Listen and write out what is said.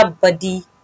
buddy